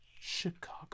Chicago